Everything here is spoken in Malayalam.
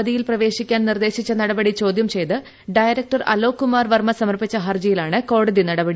അവധിയിൽ പ്രവേശിക്കാൻ നിർദ്ദേശിച്ച നടപടി ചോദ്യം ചെയ്ത് ഡയറക്ടർ അലോക് വർമ്മ സമർപ്പിച്ച ഹർജിയിലാണ് കോടതി നടപടി